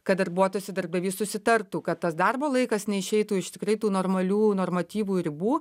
kad darbuotojas i darbdavys susitartų kad tas darbo laikas neišeitų iš tikrai tų normalių normatyvų ir ribų